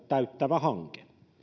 täyttävä hanke